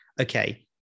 okay